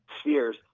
spheres